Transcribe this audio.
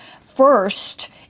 First